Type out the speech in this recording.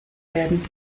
werden